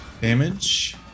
Damage